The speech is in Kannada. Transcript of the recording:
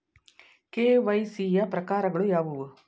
ಕೆ.ವೈ.ಸಿ ಯ ಪ್ರಕಾರಗಳು ಯಾವುವು?